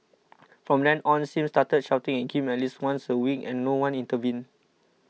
from then on Sim started shouting at him at least once a week and no one intervened